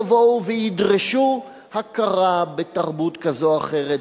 יבואו וידרשו הכרה בתרבות כזו או אחרת,